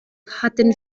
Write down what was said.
hatten